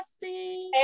hey